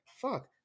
Fuck